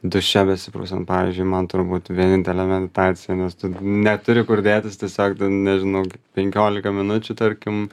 duše besiprausiant pavyzdžiui man turbūt vienintelė meditacija nes tu neturi kur dėtis tiesiog nežinau penkiolika minučių tarkim